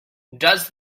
does